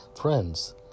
friends